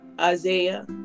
Isaiah